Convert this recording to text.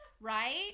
right